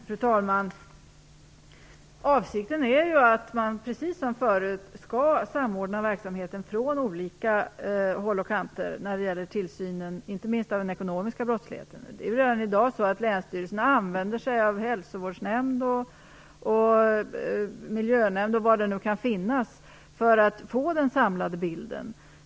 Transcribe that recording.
Fru talman! Avsikten är att man, precis som förut, skall samordna verksamheten från olika håll och kanter när det gäller tillsynen inte minst av den ekonomiska brottsligheten. Redan i dag använder sig länsstyrelserna av exempelvis Hälsovårdsnämnden och Miljönämnden för att få en samlad bild.